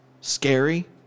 scary